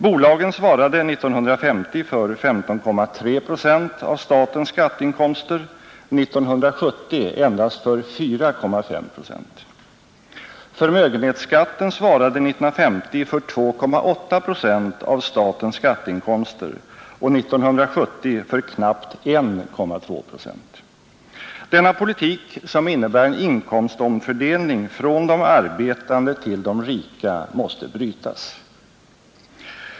Bolagen svarade 1950 för 15,3 procent av statens skatteinkomster, 1970 endast för 4,5 procent. Förmögenhetsskatten svarade 1950 för 2,8 procent av statens skatteinkomster och 1970 för knappt 1,2 procent. Denna politik, som innebär en inkomstomfördelning från de arbetande till de rika, måste brytas.